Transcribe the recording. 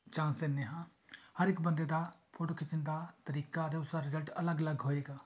chance ਦਿੰਦੇ ਹਾਂ ਹਰ ਇੱਕ ਬੰਦੇ ਦਾ ਫੋਟੋ ਖਿੱਚਣ ਦਾ ਤਰੀਕਾ ਅਤੇ ਉਸਦਾ ਰਿਜ਼ਲਟ ਅਲੱਗ ਅਲੱਗ ਹੋਏਗਾ